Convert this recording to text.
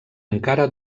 encara